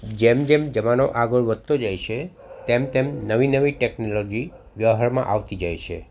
જેમ જેમ જમાનો આગળ વધતો જાય છે તેમ તેમ નવી નવી ટેક્નોલોજી વ્યવહારમાં આવતી જાય છે